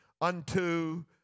unto